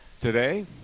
today